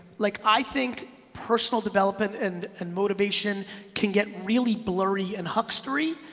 like i think personal development and and motivation can get really blurry and huckstery.